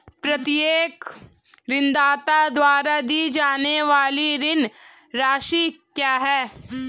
प्रत्येक ऋणदाता द्वारा दी जाने वाली ऋण राशि क्या है?